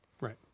Right